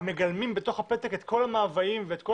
מגלמים בתוך הפתק את כל המאוויים ואת כל